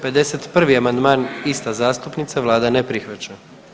51. amandman ista zastupnica, vlada ne prihvaća.